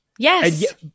Yes